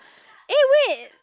eh wait